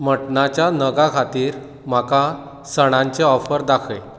मटणाच्या नगां खातीर म्हाका सणांचे ऑफर दाखय